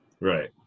Right